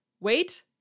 Wait